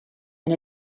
and